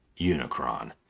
Unicron